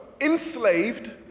enslaved